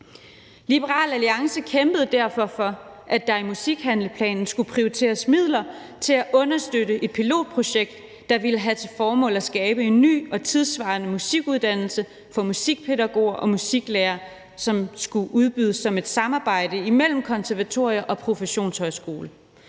Liberal Alliance kæmpede derfor for, at der i musikhandleplanen skulle prioriteres midler til at understøtte et pilotprojekt, der ville have til formål at skabe en ny og tidssvarende musikuddannelse for musikpædagoger og musiklærere, og som skulle udbydes som et samarbejde imellem konservatorierne og professionshøjskolerne.